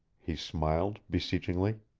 he smiled, beseechingly.